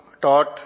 taught